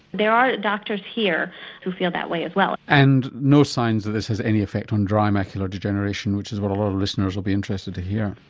there are doctors here who feel that way as well. and no signs that this has any effect on dry macular degeneration which is what a lot of listeners will be interested to hear?